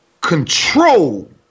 control